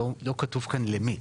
לא כתוב כאן למי,